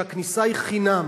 שהכניסה היא חינם.